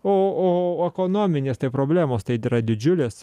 o o ekonominės problemos tai yra didžiulės